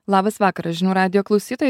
labas vakaras žinių radijo klausytojai